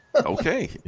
Okay